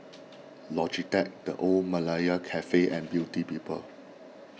Logitech the Old Malaya Cafe and Beauty People